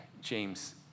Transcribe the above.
James